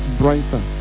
brighter